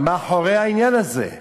מאחורי העניין הזה?